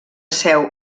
seu